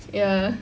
ya